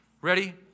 Ready